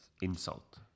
insult